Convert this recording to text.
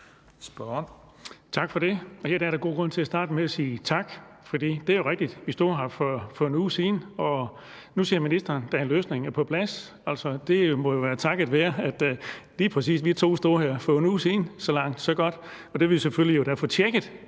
Tak for det. Og her er der god grund til at starte med at sige tak, for det er rigtigt, at vi stod her for 1 uge siden. Og nu siger ministeren, at der er løsninger på plads. Altså, det må jo været takket være, at lige præcis vi to stod her for 1 uge siden – så langt, så godt. Og vi vil selvfølgelig få tjekket,